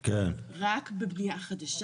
אז זה רק בנייה חדשה?